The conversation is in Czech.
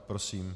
Prosím.